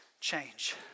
change